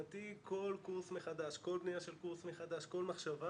מבחינתי כל בניה של קורס מחדש, כל מחשבה